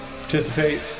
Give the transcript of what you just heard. participate